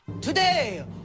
today